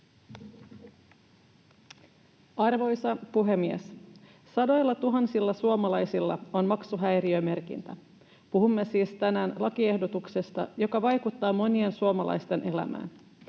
Arvoisa puhemies! Sadoillatuhansilla suomalaisilla on maksuhäiriömerkintä. Puhumme siis tänään lakiehdotuksesta, joka vaikuttaa monien suomalaisten elämään.